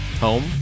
Home